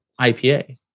IPA